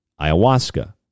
ayahuasca